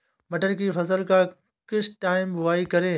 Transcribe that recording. मटर की फसल का किस टाइम बुवाई करें?